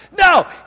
No